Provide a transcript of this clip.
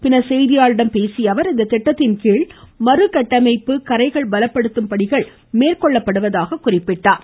பின்னர் செய்தியாளர்களிடம் பேசிய அவர் இத்திட்டத்தின் கீழ் மறுகட்டமைப்பு கரைகள் பலப்படுத்தும் பணிகள் மேற்கொள்ளப்படுவதாகவும் அவர் கூறினார்